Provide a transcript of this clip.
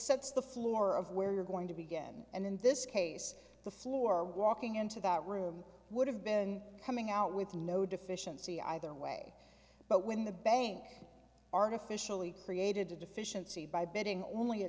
sets the floor of where you're going to begin and in this case the floor walking into that room would have been coming out with no deficiency either way but when the bank artificially created a deficiency by bidding only a